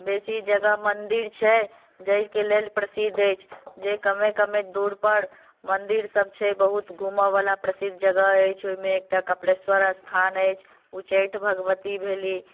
बेसी जगह मंदिर छै जाहिके लेल प्रसिद्ध अछि जे कमे कमे दूर पर मन्दिर सब छै बहुत घूमऽ बला प्रसिद्ध जगह अछि ओहिमे एकटा कपिलेश्वर स्थान अछि उच्चैठ भगवती भेली